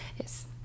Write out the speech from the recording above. yes